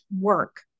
work